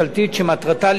שמטרתה לקבוע